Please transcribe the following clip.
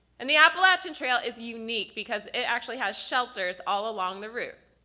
and the appalachian trail is unique because it actually has shelters all along the route.